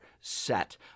set